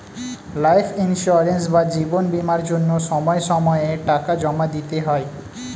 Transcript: life insurance বা জীবন বীমার জন্য সময় সময়ে টাকা জমা দিতে হয়